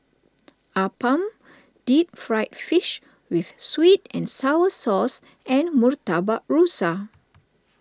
Appam Deep Fried Fish with Sweet and Sour Sauce and Murtabak Rusa